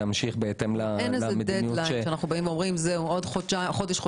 אין דד ליין שאנחנו אומרים שזה נגמר?